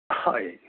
হয়